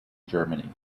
germany